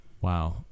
Wow